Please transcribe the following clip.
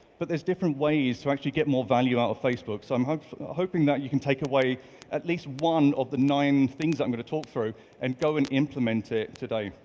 but there's different ways to actually get more value out of facebook. so i'm hoping hoping that you can take away at least one of the nine things i'm going to talk through and go and implement it today.